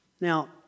Now